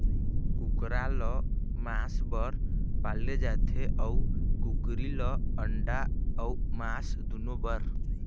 कुकरा ल मांस बर पाले जाथे अउ कुकरी ल अंडा अउ मांस दुनो बर